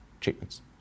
treatments